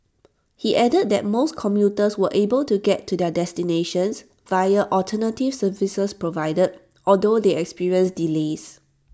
he added that most commuters were able to get to their destinations via alternative services provided although they experienced delays